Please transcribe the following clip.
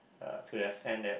uh to the extent that